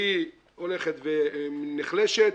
והיא הולכת ונחלשת